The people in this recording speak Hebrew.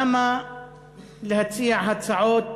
למה להציע הצעות